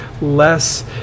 less